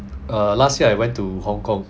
err last year I went to hong-kong